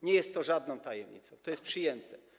Nie jest to żadną tajemnicą, to jest przyjęte.